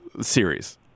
series